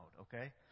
okay